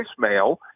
voicemail